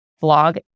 blog